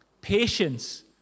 patience